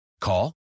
Call